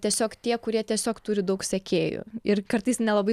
tiesiog tie kurie tiesiog turi daug sekėjų ir kartais nelabai